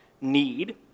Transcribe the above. need